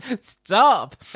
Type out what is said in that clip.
Stop